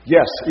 Yes